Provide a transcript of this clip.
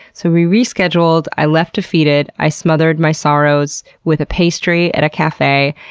so, we rescheduled. i left defeated. i smothered my sorrows with a pastry at a cafe,